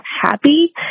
happy